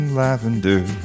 lavender